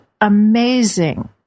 amazing